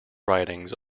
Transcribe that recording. writings